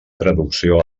traducció